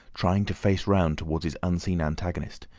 trying to face round towards his unseen antagonist.